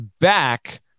back